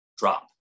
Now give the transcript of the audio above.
Drop